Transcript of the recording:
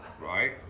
right